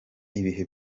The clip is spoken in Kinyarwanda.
ibihe